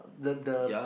the the